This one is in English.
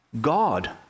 God